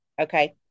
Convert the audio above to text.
Okay